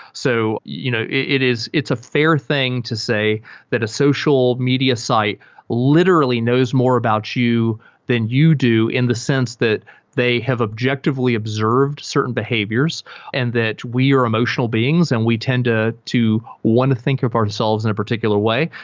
so you know it's a fair thing to say that a social media site literally knows more about you than you do in the sense that they have objectively observed certain behaviors and that we are emotional beings and we tend to to want to think of ourselves in a particular way,